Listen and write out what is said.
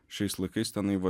šiais laikais tenai va